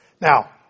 Now